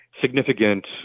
significant